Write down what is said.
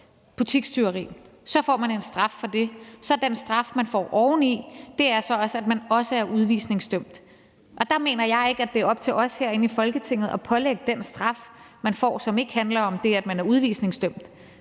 butikstyveri – så får man en straf for det, og den straf, man får oveni, er, at man også er udvisningsdømt. Og der mener jeg ikke, at det er op til os herinde i Folketinget at pålægge den straf, man får, som ikke handler om det, at man er udvisningsdømt,